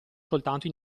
soltanto